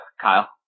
Kyle